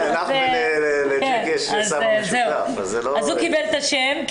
הוא קיבל את השם.